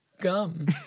Gum